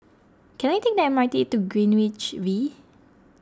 can I take the M R T to Greenwich V